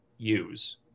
use